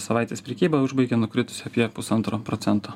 savaitės prekybą užbaigė nukritusi apie pusantro procento